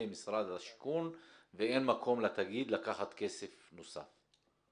משרד השיכון ואין מקום לתאגיד לקחת כסף נוסף.